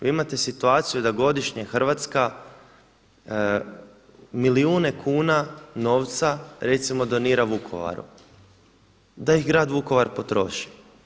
Vi imate situaciju da godišnje Hrvatska milijune kuna novca recimo donira Vukovaru, da ih grad Vukovar potroši.